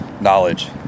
knowledge